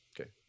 okay